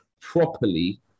properly